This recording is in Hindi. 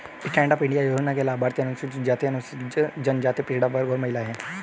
स्टैंड अप इंडिया योजना के लाभार्थी अनुसूचित जाति, अनुसूचित जनजाति, पिछड़ा वर्ग और महिला है